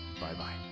Bye-bye